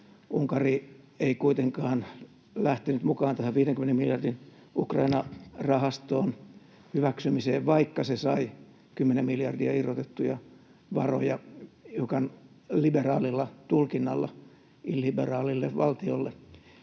Unkari ei kuitenkaan lähtenyt mukaan tähän 50 miljardin Ukraina-rahaston hyväksymiseen, vaikka se sai 10 miljardia irrotettuja varoja hiukan liberaalilla tulkinnalla liberaalille valtiolle,